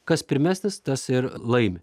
kas pirmesnis tas ir laimi